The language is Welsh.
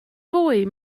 fwy